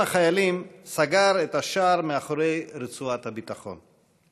החיילים סגר את השער מאחורי רצועת הביטחון.